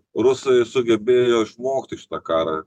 rusai sugebėjo išmokti šitą karą